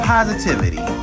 Positivity